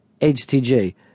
HTG